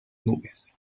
nubes